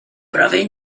prawie